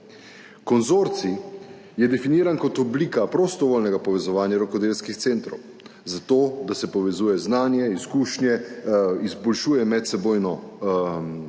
Konzorcij je definiran kot oblika prostovoljnega povezovanja rokodelskih centrov, za to, da se povezuje znanje, izkušnje, izboljšuje medsebojno